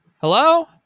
Hello